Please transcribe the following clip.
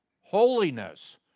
holiness